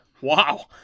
Wow